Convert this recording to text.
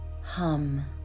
hum